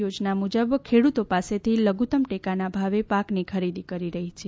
યોજનાઓ મુજબ ખેડૂતો પાસેથી લઘુત્તમ ટેકાના ભાવે પર ખરીદી કરી રહી છે